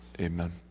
Amen